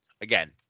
again